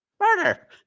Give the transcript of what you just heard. Murder